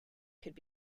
could